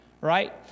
right